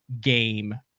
game